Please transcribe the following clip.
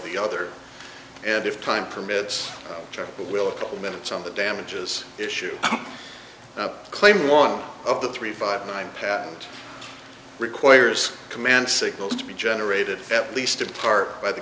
the other and if time permits will a couple of minutes on the damages issue claim one of the three five nine patent requires command signals to be generated at least in part by the